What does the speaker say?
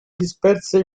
disperse